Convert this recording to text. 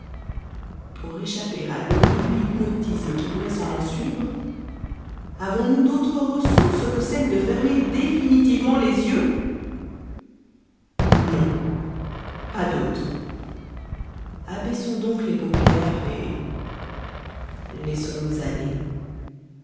pour échapper à l'horrible hypnotisme qui pourrait s'en ensuivre avons-nous d'autres ressources que celle de fermer définitivement les yeux non pas d'autre abaissons donc les paupières et laissons-nous aller